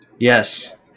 Yes